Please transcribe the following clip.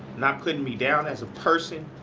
not putting me down as a person,